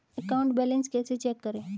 Account balance कैसे check करें?